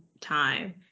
time